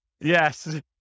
yes